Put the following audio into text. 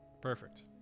perfect